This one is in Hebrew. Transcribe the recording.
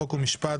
חוק ומשפט,